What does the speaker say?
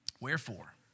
Wherefore